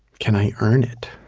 can i earn it?